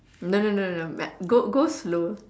no no no no no go go slow